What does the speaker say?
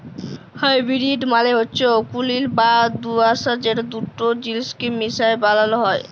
hybrid মালে হচ্যে অকুলীন বা দুআঁশলা যেট দুট জিলিসকে মিশাই বালালো হ্যয়